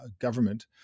government